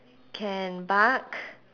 can bark